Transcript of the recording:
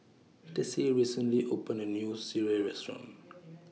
Tessie recently opened A New Sireh Restaurant